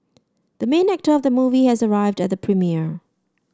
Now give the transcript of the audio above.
the main actor of the movie has arrived at the premiere